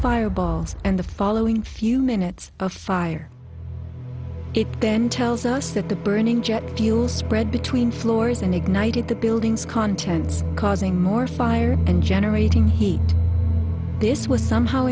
fireballs and the following few minutes of fire then tells us that the burning jet fuel spread between floors and ignited the buildings contents causing more fire and generating heat this was somehow